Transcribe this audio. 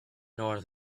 nor